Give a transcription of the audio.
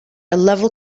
level